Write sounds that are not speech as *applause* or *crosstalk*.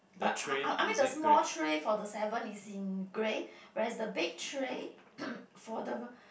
uh I I mean the small tray for the seven is in grey whereas the big tray *coughs* for the